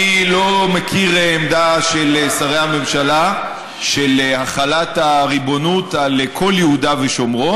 אני לא מכיר עמדה של שרי הממשלה של החלת הריבונות על כל יהודה ושומרון.